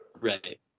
Right